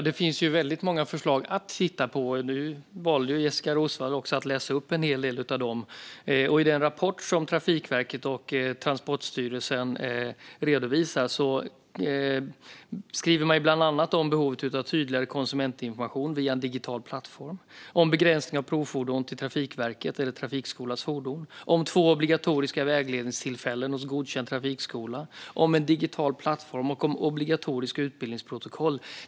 Fru talman! Det finns många förslag att titta på. Nu valde Jessika Roswall att läsa upp en del av dem. I den rapport som Trafikverket och Transportstyrelsen redovisat framgår bland annat behovet av tydligare konsumentinformation via en digital plattform, begränsningar av provfordon till Trafikverket eller trafikskolas fordon, två obligatoriska vägledningstillfällen hos godkänd trafikskola, en digital plattform och obligatoriska utbildningsprotokoll.